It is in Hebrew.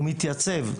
הוא מתייצב.